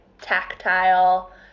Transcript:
tactile